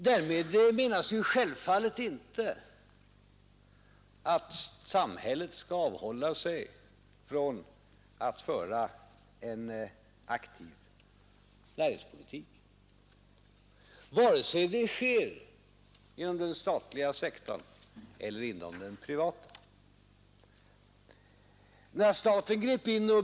Därmed menar jag självfallet inte att samhället skall avhålla sig från att föra en aktiv näringspolitik vare sig det sker inom den statliga eller inom den privata sektorn.